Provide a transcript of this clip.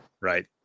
Right